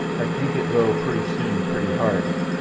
ay tank it blow purty soon purty hard.